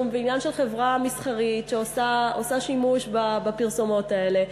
ועניין של חברה מסחרית שעושה שימוש בפרסומות האלה.